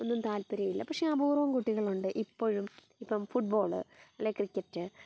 ഒന്നും താൽപര്യമില്ല പക്ഷേ അപൂർവ്വം കുട്ടികളുണ്ട് ഇപ്പോഴും ഇപ്പം ഫുട്ബോൾ അല്ലെങ്കിൽ ക്രിക്കറ്റ്